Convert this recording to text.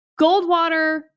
Goldwater